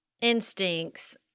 instincts